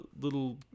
little